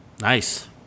Nice